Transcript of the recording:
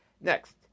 Next